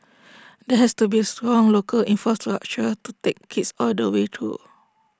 there has to be strong local infrastructure to take kids all the way through